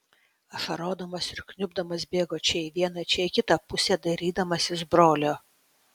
ašarodamas ir kniubdamas bėgo čia į vieną čia į kitą pusę dairydamasis brolio